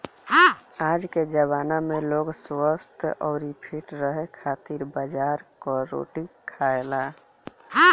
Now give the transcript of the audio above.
आजके जमाना में लोग स्वस्थ्य अउरी फिट रहे खातिर बाजरा कअ रोटी खाएला